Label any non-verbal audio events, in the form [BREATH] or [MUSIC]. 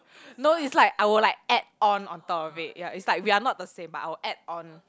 [BREATH] no it's like I will like add on on top of it ya it's like we are not the same but I will add on